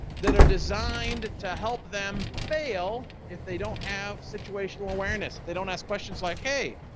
that are designed to help them fail if they don't have situational awareness, if they don't ask questions like, hey,